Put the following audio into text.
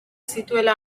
zituela